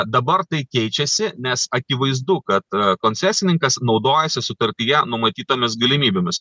dabar tai keičiasi nes akivaizdu kad koncesininkas naudojasi sutartyje numatytomis galimybėmis